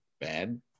bad